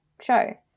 show